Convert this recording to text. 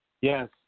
Yes